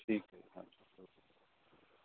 ਠੀਕ ਐ ਹਾਂਜੀ ਓਕੇ